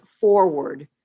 forward